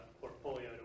portfolio